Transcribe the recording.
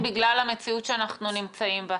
זה רק עלול להקצין בגלל המציאות שאנחנו נמצאים בה.